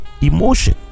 emotion